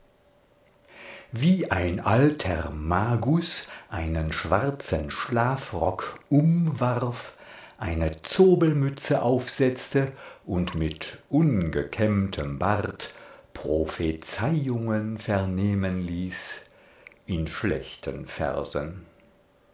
wie ein alter magus einen schwarzen schlafrock umwarf eine zobelmütze aufsetzte und mit ungekämmtem bart prophezeiungen vernehmen ließ in schlechten versen